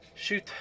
Shoot